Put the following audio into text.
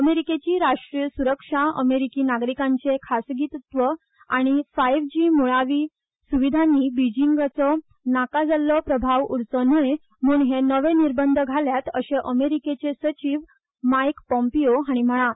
अमेरीकेची राष्ट्रीय स्ररक्षा अमेरीकी नागरीकांचे खासगीत्व आनी फायव्ह जी मुळाव्या सुविधांनी बिजिंगाचो नाका जाल्लो प्रभाव उरचो न्ही म्हृण हे नवे निर्बंध घाल्यात अशें अमेरीकेचे सचिव मायक पोंपियो हाणी म्हळा